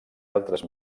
altres